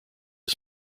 his